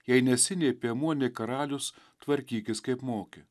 jei nesi nei piemuo nei karalius tvarkykis kaip moki